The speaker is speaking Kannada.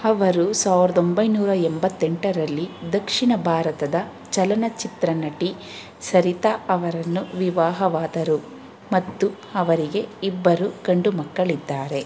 ಅವರು ಸಾವಿರದ ಒಂಬೈನೂರ ಎಂಬತ್ತೆಂಟರಲ್ಲಿ ದಕ್ಷಿಣ ಭಾರತದ ಚಲನಚಿತ್ರ ನಟಿ ಸರಿತಾ ಅವರನ್ನು ವಿವಾಹವಾದರು ಮತ್ತು ಅವರಿಗೆ ಇಬ್ಬರು ಗಂಡು ಮಕ್ಕಳಿದ್ದಾರೆ